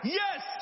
yes